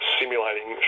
simulating